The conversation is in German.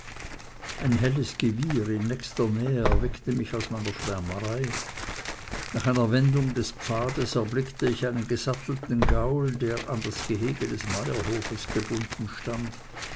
ein helles gewieher in nächster nähe erweckte mich aus meiner schwärmerei nach einer wendung des pfades erblickte ich einen gesattelten gaul der an das gehege des meierhofes gebunden stand